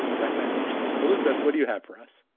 recommendations. elizabeth, what do you have for us?